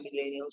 millennials